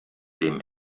dem